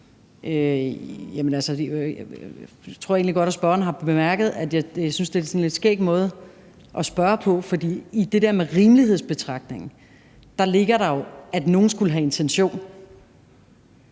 jeg tror egentlig godt, at spørgeren har bemærket, at jeg synes, at det er sådan en lidt skæg måde at spørge på. For i det der med rimelighedsbetragtningen ligger der jo, at nogen skulle have en intention,